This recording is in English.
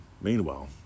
Meanwhile